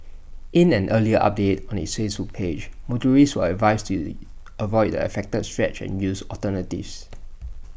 in an earlier update on its page motorists were advised to avoid the affected stretch and use alternatives